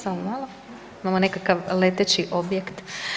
Samo malo, imamo nekakav leteći objekt.